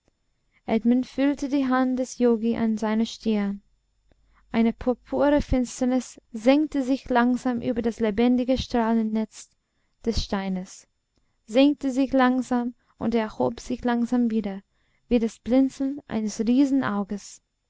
edmund fühlte die hand des yogi an seiner stirn eine purpurne finsternis senkte sich langsam über das lebendige strahlennetz des steines senkte sich langsam und erhob sich langsam wieder wie das blinzeln eines